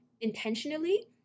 intentionally